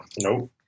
Nope